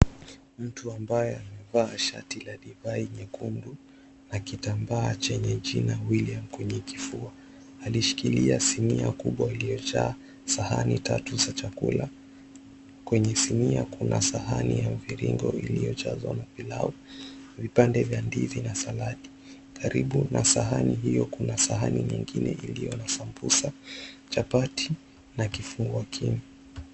Mtu ambaye amevaa shati la divai nyekundu na kitambaa chenye jina "William" kwenye kifua. Alishikilia sinia kubwa iliyojaa sahani tatu za chakula. Kwenye sinia kuna sahani ya mviringo iliyojazwa na pilau, vipande vya ndizi na saladi. Karibu na sahani hiyo kuna sahani nyingine iliyo na sambusa, chapati na kifungua kinywa.